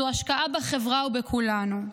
זו השקעה בחברה ובכולנו.